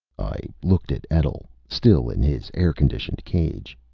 i looked at etl, still in his air-conditioned cage.